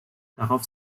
darauf